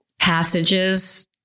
passages